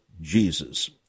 Jesus